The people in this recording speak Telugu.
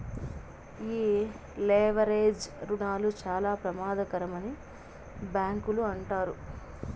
ఈ లెవరేజ్ రుణాలు చాలా ప్రమాదకరమని బ్యాంకులు అంటారు